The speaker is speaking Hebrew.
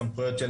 סמכויות,